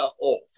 off